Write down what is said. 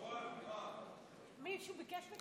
מישהו ביקש?